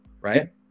Right